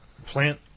plant